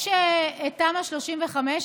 יש את תמ"א 35,